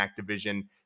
Activision